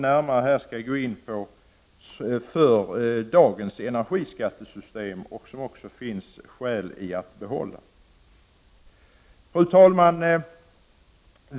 Detta skall jag emellertid inte nu gå närmare in på. Fru talman!